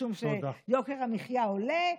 משום שיוקר המחיה עולה,